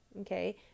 okay